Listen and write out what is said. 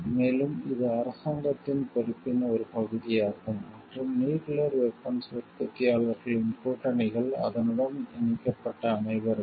மேலும் இது அரசாங்கத்தின் பொறுப்பின் ஒரு பகுதியாகும் மற்றும் நியூக்கிளியர் வெபன்ஸ் உற்பத்தியாளர்களின் கூட்டணிகள் அதனுடன் இணைக்கப்பட்ட அனைவருக்கும்